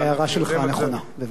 אנחנו יודעים את זה, אדוני היושב-ראש,